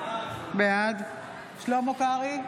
בעד שלמה קרעי,